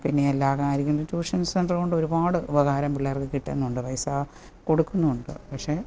പിന്നെ എല്ലാ കാര്യങ്ങളും ട്യൂഷൻ സെൻ്ററുകൊണ്ട് ഒരുപാട് ഉപകാരം പിള്ളേർക്ക് കിട്ടുന്നുണ്ട് പൈസ കൊടുക്കുന്നുമുണ്ട് പക്ഷെ